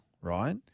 right